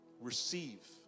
receive